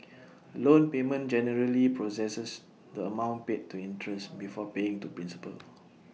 A loan payment generally processes the amount paid to interest before paying to principal